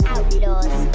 Outlaws